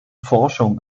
forschung